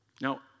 Now